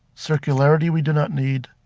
circularity we do not need.